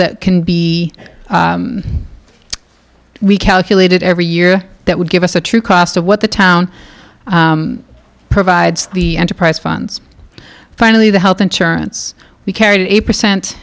that can be we calculated every year that would give us the true cost of what the town provides the enterprise funds finally the health insurance we carried eight percent